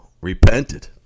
repented